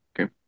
Okay